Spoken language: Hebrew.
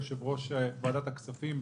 יושב-ראש ועדת הכספים,